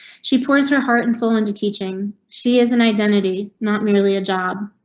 she pours her heart and soul into teaching. she is an identity, not merely a job.